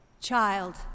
child